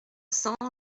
cents